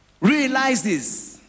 realizes